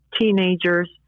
teenagers